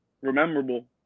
rememberable